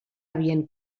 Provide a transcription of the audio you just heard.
havien